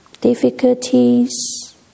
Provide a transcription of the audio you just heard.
difficulties